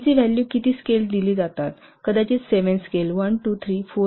त्यांची व्हॅल्यू किती स्केल दिली जातात कदाचित 7 स्केल 1234567